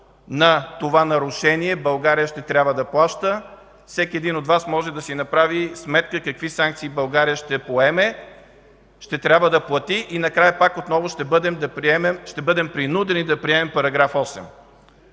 на това нарушение България ще трябва да плаща. Всеки един от Вас може да си направи сметка какви санкции ще поеме България и ще трябва да плати. Накрая пак отново ще бъдем принудени да приемем § 8.